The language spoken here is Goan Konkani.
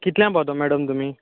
कितल्यांक पावतली मेडम तुमी